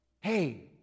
Hey